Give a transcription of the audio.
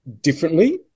differently